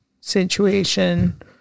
situation